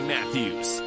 Matthews